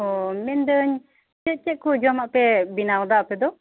ᱳᱚ ᱢᱮᱱ ᱮᱫᱟᱧ ᱪᱮᱫ ᱪᱮᱫ ᱠᱩ ᱡᱚᱢᱟᱜ ᱯᱮ ᱵᱮᱱᱟᱣ ᱮᱫᱟ ᱟᱯᱮ ᱫᱚ